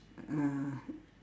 ah